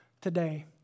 today